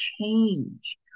change